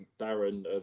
Darren